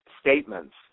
statements